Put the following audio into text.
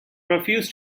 refused